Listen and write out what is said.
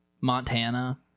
Montana